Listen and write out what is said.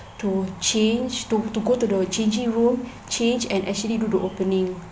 to change to to go to the changing room change and actually do the opening